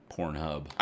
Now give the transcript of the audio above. Pornhub